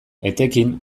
etekin